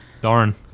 Darn